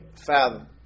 fathom